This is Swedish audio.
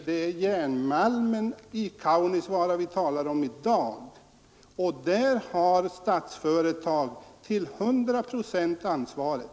Det är järnmalmen i Kaunisvaara vi talar om i dag, och där har Statsföretag till 100 procent ansvaret.